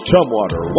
Tumwater